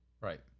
Right